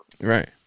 Right